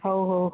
ହଉ ହଉ